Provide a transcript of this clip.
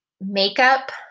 makeup